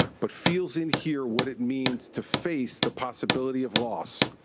but feels in here what it means to face the possibility of loss.